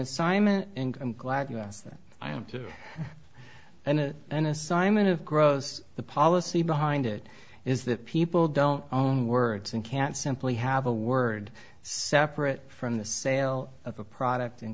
assignment and i'm glad you asked that i am too and an assignment of gross the policy behind it is that people don't own words and can't simply have a word separate from the sale of a product